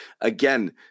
Again